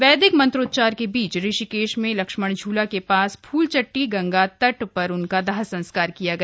वैदिक मंत्रोच्चार के बीच ऋषिकेश में लक्ष्मण झूला के पास फूलचट्टी गंगा तट उनका दाह संस्कार किया गया